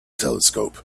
telescope